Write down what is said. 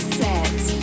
set